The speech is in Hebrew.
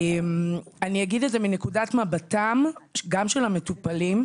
אני אגיד את זה מנקודת מבטם גם של המטופלים,